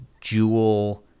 jewel